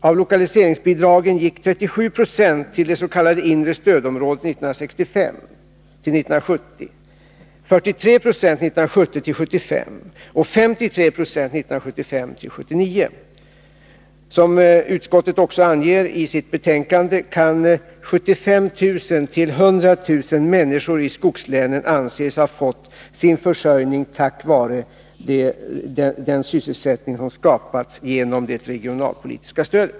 Av lokaliseringsbidragen gick 37 9 till det s.k. inre stödområdet 1965-1970, 43 946 1970-1975 och 53 96 1975-1979. Såsom utskottet anger i betänkandet kan 75 000-100 000 människor i skogslänen anses ha fått sin försörjning tack vare den sysselsättning som skapats genom det regionalpolitiska stödet.